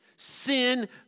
Sin